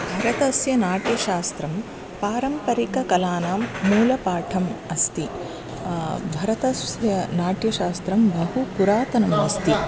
भरतस्य नाट्यशास्त्रं पारम्परिककलानां मूलपाठम् अस्ति भरतस्य नाट्यशास्त्रं बहु पुरातनमस्ति